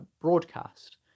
broadcast